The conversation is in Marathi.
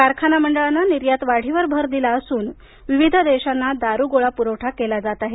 कारखाना मंडळानं निर्यातवाढीकडे भर दिला असून विविध देशांना दारूगोळा पुरवठा केला जात आहे